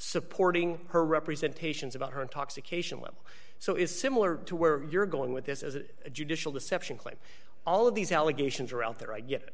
supporting her representation is about her intoxication level so it's similar to where you're going with this as a judicial deception claim all of these allegations are out there i get